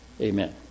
Amen